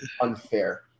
Unfair